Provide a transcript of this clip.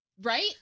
Right